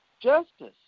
justice